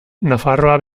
nafarroa